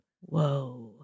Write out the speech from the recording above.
whoa